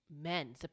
men